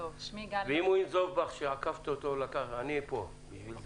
ואם הוא ינזוף בך שעקפת אותו אני פה בשביל זה.